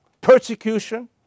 persecution